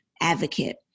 advocate